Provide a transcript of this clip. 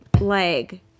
leg